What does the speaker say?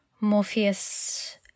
Morpheus